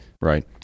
right